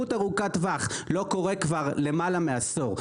זה לא קורה כבר למעלה מעשור.